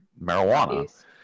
marijuana